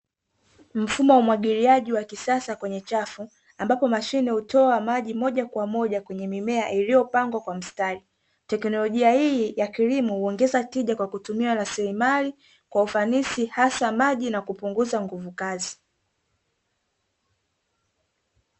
Mfumo wa umwagiliaji wa kisasa kwenye chafu ambapo mashine hutoa maji moja kwa moja kwenye mimea iliyopangwa kwa mistari. Teknolojia hii ya kilimo huongeza tija kwa kutumia rasilimali kwa ufanisi, hasa maji na kupunguza nguvu kazi.